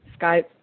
Skype